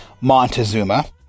Montezuma